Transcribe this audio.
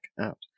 out